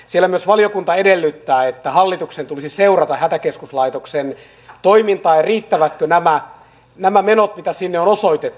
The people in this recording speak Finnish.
siellä valiokunta myös edellyttää että hallituksen tulisi seurata hätäkeskuslaitoksen toimintaa ja sitä riittävätkö nämä menot mitä sinne on osoitettu